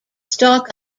stalk